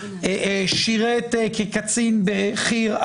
שירת כקצין בחי"ר,